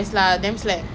sure or not